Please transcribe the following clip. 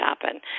happen